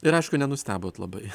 ir aišku nenustebot labai